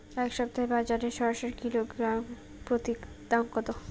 এই সপ্তাহে বাজারে শসার কিলোগ্রাম প্রতি দাম কত?